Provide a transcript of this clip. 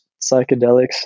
psychedelics